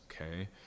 okay